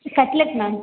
cutlet ma'am